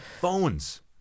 Phones